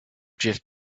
drift